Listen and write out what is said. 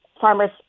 farmers